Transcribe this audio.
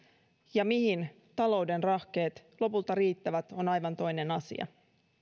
ja mihin talouden rahkeet lopulta riittävät on aivan toinen asia